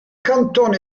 cantone